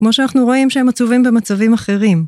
כמו שאנחנו רואים שהם עצובים במצבים אחרים.